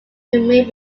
may